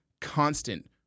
constant